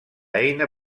eina